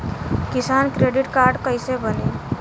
किसान credit card कइसे बानी?